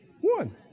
One